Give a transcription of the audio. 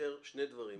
שמאפשר שני דברים.